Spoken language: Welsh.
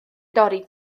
dorri